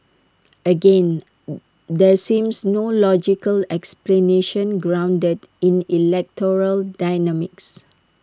again there seems no logical explanation grounded in electoral dynamics